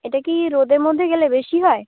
এটা কি রোদের মধ্যে গেলে বেশি হয়